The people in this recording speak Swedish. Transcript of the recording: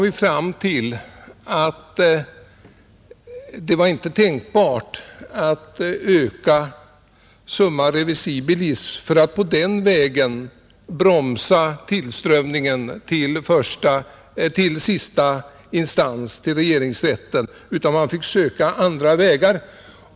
Vi fann att det inte var tänkbart att öka summa revisibilis för att på den vägen bromsa tillströmningen till sista instans, regeringsrätten, utan man fick söka andra vägar.